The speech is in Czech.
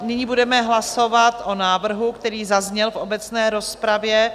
Nyní budeme hlasovat o návrhu, který zazněl v obecné rozpravě.